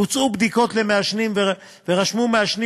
בוצעו בדיקות למעשנים ונרשמו מעשנים